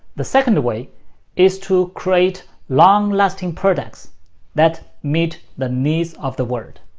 the second way is to create long lasting products that meet the needs of the world.